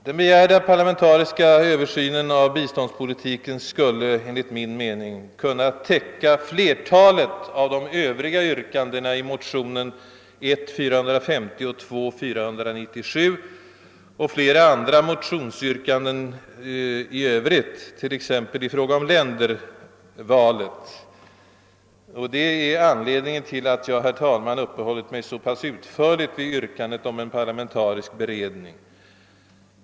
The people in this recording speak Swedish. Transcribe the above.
Den begärda översynen av biståndspolitiken skulle enligt min mening kunna täcka flertalet av de övriga yrkande na i motionerna 1: 450 och II: 497 liksom för övrigt flera andra motionsyrkanden, t.ex. när det gäller ländervalet. Detta är anledningen till att jag uppehållit mig så pass utförligt vid yrkandet om en parlamentarisk beredning.